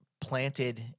planted